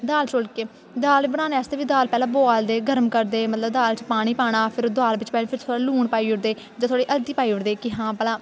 दाल चौल केह् दाल बनाने आस्तै दाल पैह्ले बोआलदे गर्म करदे मतलब दाल च पानी पाना फिर दाल बिच्च पानी फिर लून पाई औड़दे फिर थोड़ी हल्दी पाई औड़दे कि फिरी ओह् भलां